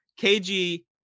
KG